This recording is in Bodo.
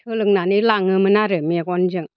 सोलोंनानै लाङोमोन आरो मेगनजों